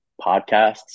podcasts